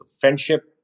friendship